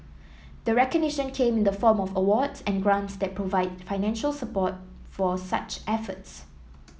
the recognition came in the form of awards and grants that provide financial support for such efforts